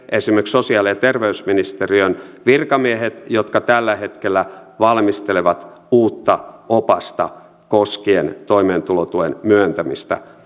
esimerkiksi ne sosiaali ja terveysministeriön virkamiehet jotka tällä hetkellä valmistelevat uutta opasta koskien toimeentulotuen myöntämistä